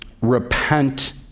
Repent